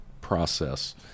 process